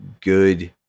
good